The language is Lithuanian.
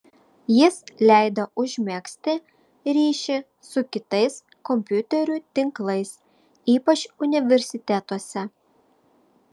jis leido užmegzti ryšį su kitais kompiuterių tinklais ypač universitetuose